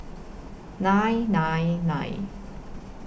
nine nine nine